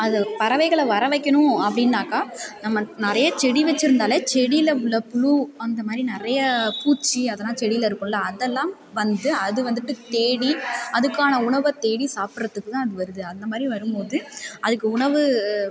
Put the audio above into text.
அது பறவைகளை வர வைக்கணும் அப்படினாக்கா நம்ம நிறைய செடி வச்சுருந்தாலே செடியில் உள்ள புழு அந்த மாதிரி நிறைய பூச்சி அதெல்லாம் செடியில் இருக்குமெல அதெல்லாம் வந்து அது வந்துட்டு தேடி அதுக்கான உணவைத்தேடி சாப்பிடுறதுக்குதான் அது வருது அந்த மாதிரி வரும்போது அதுக்கு உணவு